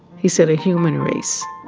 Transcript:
he said, a human race.